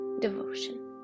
devotion